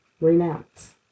renounce